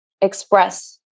express